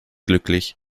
glücklich